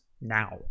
now